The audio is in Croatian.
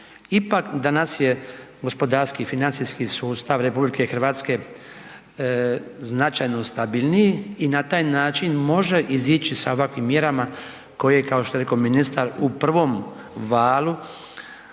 ipak danas je gospodarski i financijski sustav Republike Hrvatske značajno stabilniji i na taj način može izići sa ovakvim mjerama koje kao što je rekao ministar u prvom valu